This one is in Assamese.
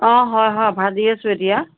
অ হয় হয় ভাজি আছোঁ এতিয়া